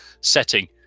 setting